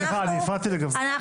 סליחה, אני הפרעתי לגב' גדיש.